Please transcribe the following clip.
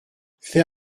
fais